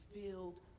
filled